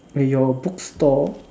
eh your bookstore